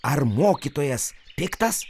ar mokytojas piktas